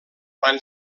van